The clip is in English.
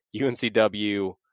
uncw